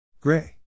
Gray